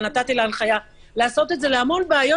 אבל הנחיתי אותה לעשות את זה להמון בעיות